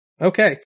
Okay